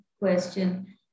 question